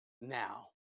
now